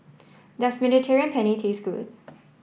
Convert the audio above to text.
does Mediterranean Penne taste good